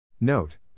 Note